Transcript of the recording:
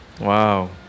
Wow